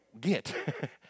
get